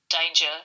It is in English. danger